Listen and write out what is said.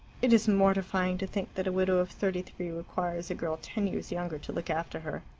it is mortifying to think that a widow of thirty-three requires a girl ten years younger to look after her.